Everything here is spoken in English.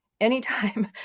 anytime